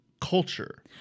culture